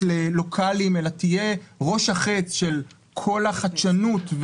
לוקליים אלא תהיה ראש החץ של כל החדשנות.